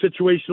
situational